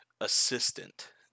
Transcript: assistant